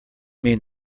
mean